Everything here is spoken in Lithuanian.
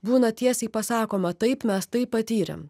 būna tiesiai pasakoma taip mes tai patyrėm